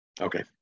Okay